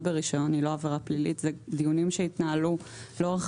ברישיון היא לא עבירה פלילית אלה דיונים שהתנהלו לאורך